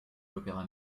l’opéra